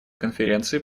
конференции